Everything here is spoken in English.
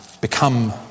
become